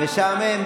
זה משעמם.